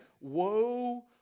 Woe